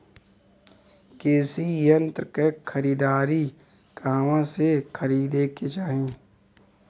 कृषि यंत्र क खरीदारी कहवा से खरीदे के चाही?